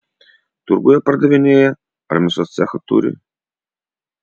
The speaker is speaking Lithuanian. turguje pardavinėja ar mėsos cechą turi